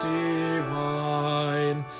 divine